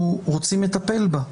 מנסים לפתור את הבעיה.